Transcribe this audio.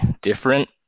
different